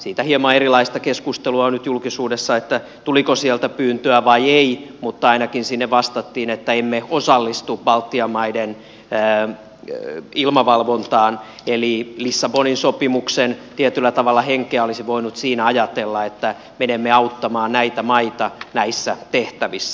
siitä hieman erilaista keskustelua on nyt julkisuudessa tuliko sieltä pyyntöä vai ei mutta ainakin sinne vastattiin että emme osallistu baltian maiden ilmavalvontaan eli tietyllä tavalla lissabonin sopimuksen henkeä olisi voinut siinä ajatella että menemme auttamaan näitä maita näissä tehtävissä